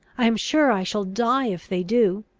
i am sure i shall die if they do!